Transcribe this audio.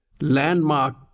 landmark